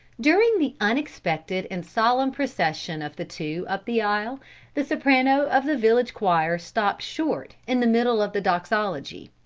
during the unexpected and solemn procession of the two up the aisle the soprano of the village choir stopped short in the middle of the doxology,